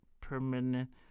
permanent